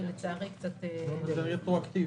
זה יהיה רטרואקטיבי,